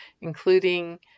including